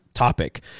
topic